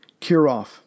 Kirov